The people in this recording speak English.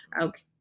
Okay